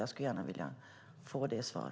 Jag skulle gärna vilja ha ett svar.